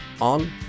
on